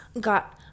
got